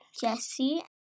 Jesse